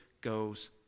goes